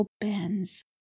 bends